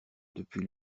depuis